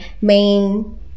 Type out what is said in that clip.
main